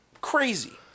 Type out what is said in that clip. crazy